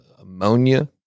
ammonia